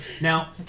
Now